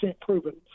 proven